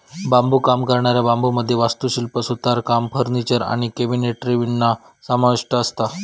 बांबुकाम करणाऱ्या बांबुमध्ये वास्तुशिल्प, सुतारकाम, फर्निचर आणि कॅबिनेटरी विणणा समाविष्ठ असता